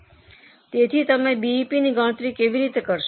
તેથી તમે બીઇપીની ગણતરી કેવી રીતે કરશો